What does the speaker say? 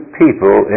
people